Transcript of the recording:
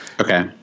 Okay